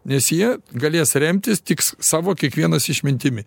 nes jie galės remtis tiks savo kiekvienas išmintimi